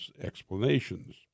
explanations